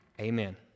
Amen